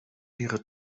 ihre